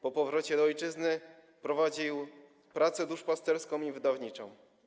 Po powrocie do ojczyzny prowadził pracę duszpasterską i wydawniczą.